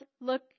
look